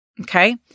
Okay